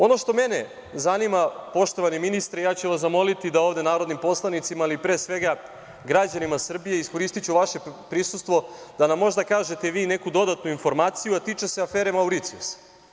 Ono što mene zanima, poštovani ministre, ja ću vas zamoliti da ovde narodnim poslanicima, ali pre svega građanima Srbije, iskoristiću vaše prisustvo, da nam možda kažete vi neku dodatnu informaciju, a tiče se afere Mauricijus.